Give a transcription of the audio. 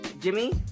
Jimmy